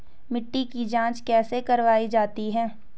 मिट्टी की जाँच कैसे करवायी जाती है?